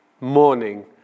morning